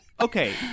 Okay